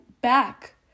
back